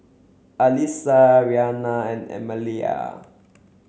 Alissa Rhianna and Emilia